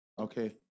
okay